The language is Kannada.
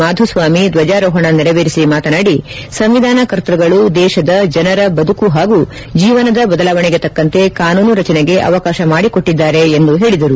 ಮಾಧುಸ್ವಾಮಿ ಧ್ವಜಾರೋಹಣ ನೆರವೇರಿಸಿ ಮಾತನಾದಿ ಸಂವಿಧಾನ ಕರ್ತೃಗಳು ದೇಶದ ಜನರ ಬದುಕು ಹಾಗೂ ಜೀವನದ ಬದಲಾವಣೆಗೆ ತಕ್ಕಂತೆ ಕಾನೂನು ರಚನೆಗೆ ಅವಕಾಶ ಮಾಡಿಕೊಟ್ಟಿದ್ದಾರೆ ಎಂದು ಹೇಳಿದರು